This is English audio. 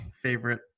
favorite